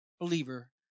believer